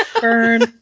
Burn